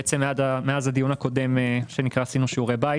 מאז הדיון הקודם עשינו שיעורי בית.